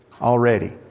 Already